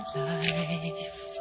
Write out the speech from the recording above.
life